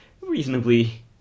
reasonably